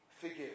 Forgive